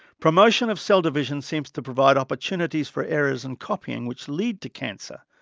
promotion of cell division seems to provide opportunities for errors in copying which lead to cancer,